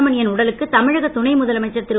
சுப்ரமணியனின் உடலுக்கு தமிழக துணை முதலமைச்சர் திரு